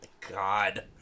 God